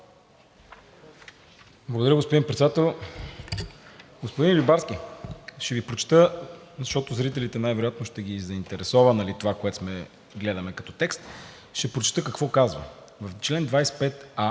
Благодаря, господин Председател. Господин Рибарски, ще Ви прочета, защото зрителите най-вероятно ще ги заинтересова това, което гледаме като текст, ще прочета какво казва. Член 25а